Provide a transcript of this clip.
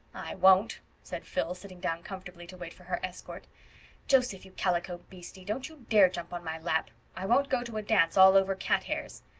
i won't, said phil, sitting down comfortably to wait for her escort joseph, you calico beastie, don't you dare jump on my lap. i won't go to a dance all over cat hairs.